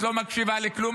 את לא מקשיבה לכלום,